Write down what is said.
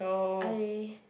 I